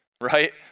right